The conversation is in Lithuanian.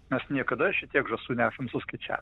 mes niekada šitiek sunešame suskaičiavę